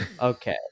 Okay